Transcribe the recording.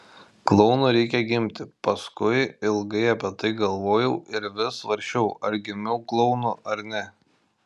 klounu reikia gimti paskui ilgai apie tai galvojau ir vis svarsčiau ar gimiau klounu ar ne